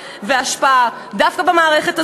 השטויות שלך, אנחנו מפלים לרעה?